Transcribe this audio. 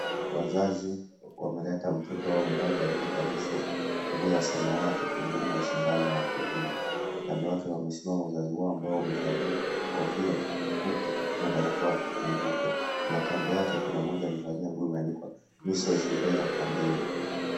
Wazazi wameleta mtoto wao mmoja aliyevalishwa nguo ya samawati kundungwa sindano ya Polio, kando yake wamesimama wazazi wao ambao wamevalia kofia nyeupe na barakoa nyeupe na kando yake kuna mmoja amevalia nguo imeandikwa measles zubela campaign .